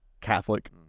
Catholic